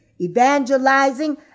evangelizing